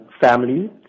Family